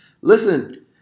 Listen